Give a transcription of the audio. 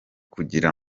kugira